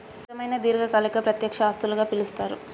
స్థిరమైన దీర్ఘకాలిక ప్రత్యక్ష ఆస్తులుగా పిలుస్తరు